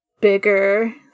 bigger